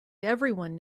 everyone